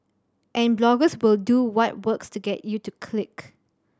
and bloggers will do what works to get you to click